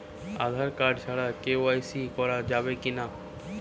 Aadhaar card ছাড়া KYC করা যাবে কি না?